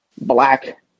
black